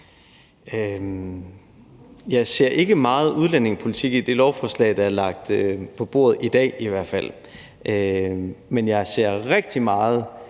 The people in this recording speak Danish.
Jeg ser ikke meget udlændingepolitik i det lovforslag, der er lagt på bordet i dag, i hvert fald. Men jeg ser rigtig meget